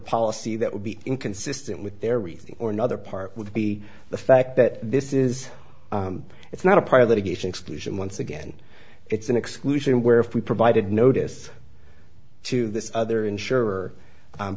policy that would be inconsistent with their we think or another part would be the fact that this is it's not a part of litigation exclusion once again it's an exclusion where if we provided notice to this other insure